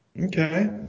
Okay